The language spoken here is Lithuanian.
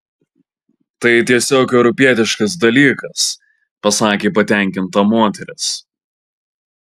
tai tiesiog europietiškas dalykas pasakė patenkinta moteris